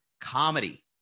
comedy